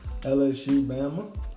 LSU-Bama